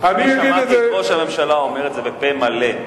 אני שמעתי את ראש הממשלה אומר את זה בפה מלא,